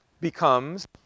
becomes